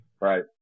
Right